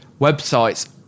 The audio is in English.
websites